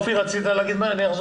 אופיר, רצית להגיד משהו?